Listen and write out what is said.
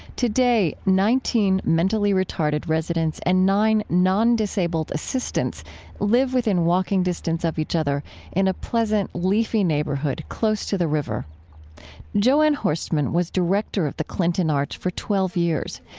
today, nineteen mentally retarded residents and nine non-disabled assistants live within walking distance of each other in a pleasant, leafy neighborhood close to the river jo anne horstmann was director of the clinton arch for twelve years.